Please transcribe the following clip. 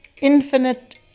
infinite